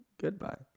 Goodbye